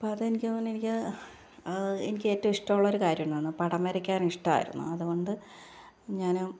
അപ്പം അതെനിക്ക് തോന്നുന്നു എനിക്കത് എനിക്ക് ഏറ്റവും ഇഷ്ടമുള്ള ഒരു കാര്യം ഉണ്ടായിരുന്നു പടം വരയ്ക്കാന് ഇഷ്ടമായിരുന്നു അതുകൊണ്ട് ഞാൻ